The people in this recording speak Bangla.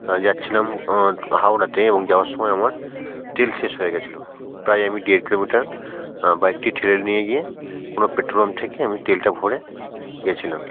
হ্যাঁ যাচ্ছিলাম হাওড়াতে এবং যাওয়ার সময় আমার তেল শেষ হয়ে গিয়েছিল প্রায় আমি দেড় কিলোমিটার বাইকটি ঠেলে নিয়ে গিয়ে কোনো পেট্রোল পাম্প থেকে আমি তেলটা ভরে গিয়েছিলাম